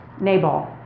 Nabal